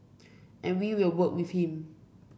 and we will work with him